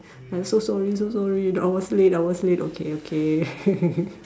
like so sorry so sorry I was late I was late okay okay